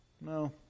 No